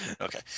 Okay